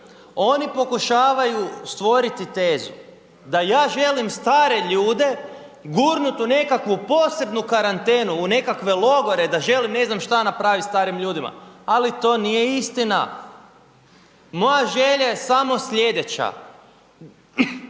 Oni pokušavaju stvoriti tezu da ja želim stare ljude gurnut u nekakvu posebnu karantenu u nekakve logore, da želim ne znam šta napraviti starim ljudima, ali to nije istina. Moja želja je samo sljedeća,